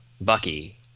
Bucky